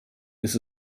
ist